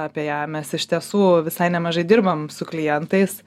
apie ją mes iš tiesų visai nemažai dirbam su klientais